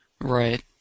right